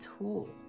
tool